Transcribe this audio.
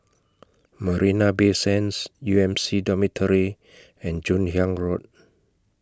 Marina Bay Sands U M C Dormitory and Joon Hiang Road